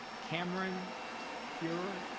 cameron furrer,